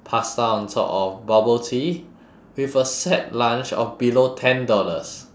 pasta on top of bubble tea with a set lunch of below ten dollars